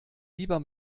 lieber